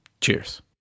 Cheers